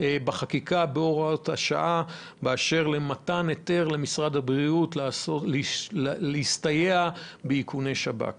בחקיקה באשר למתן היתר למשרד הבריאות להסתייע באיכוני שב"כ.